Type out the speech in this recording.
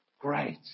Great